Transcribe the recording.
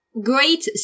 great